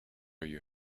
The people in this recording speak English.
you